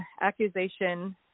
accusation